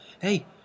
Hey